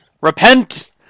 Repent